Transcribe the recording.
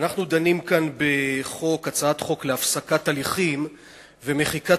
אנחנו דנים כאן בהצעת חוק להפסקת הליכים ומחיקת